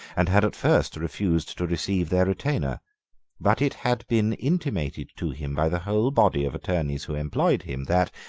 and had at first refused to receive their retainer but it had been intimated to him by the whole body of attorneys who employed him that,